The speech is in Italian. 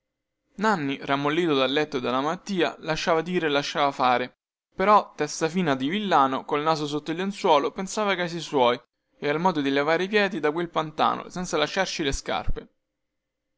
nanni rammollito dal letto e dalla malattia lasciava dire e lasciava fare però testa fina di villano col naso sotto il lenzuolo pensava ai casi suoi e al modo di levare i piedi da quel pantano senza lasciarci le scarpe